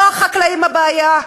לא החקלאים הבעיה,